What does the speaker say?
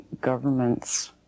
governments